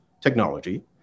technology